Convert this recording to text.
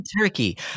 turkey